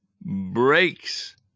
breaks